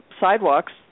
sidewalks